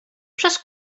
przez